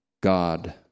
God